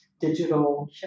digital